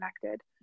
connected